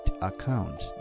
account